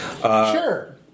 Sure